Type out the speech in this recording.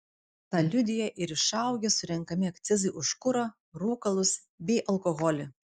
tą liudija ir išaugę surenkami akcizai už kurą rūkalus bei alkoholį